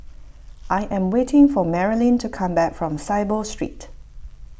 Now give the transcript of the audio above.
I am waiting for Marilyn to come back from Saiboo Street